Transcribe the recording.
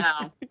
no